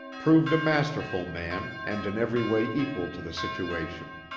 proved a masterful man and in every way equal to the situation.